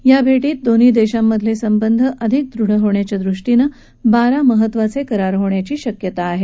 या भेटीत दोन्ही देशांमधले संबंध अधिक दृढ होण्याच्या दृष्टीनं बारा महत्वाचे करार होण्याची शक्यता आहे